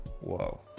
Whoa